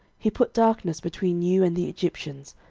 he put darkness between you and the egyptians,